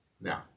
Now